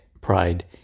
pride